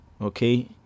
Okay